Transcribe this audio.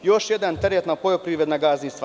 To je još jedan teret na poljoprivredna gazdinstva.